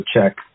check